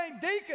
deacon